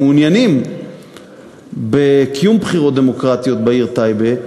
המעוניינים בקיום בחירות דמוקרטיות בעיר טייבה,